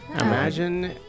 Imagine